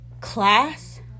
class